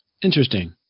Interesting